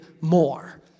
more